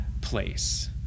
place